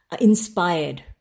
inspired